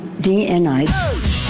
DNI